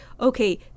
okay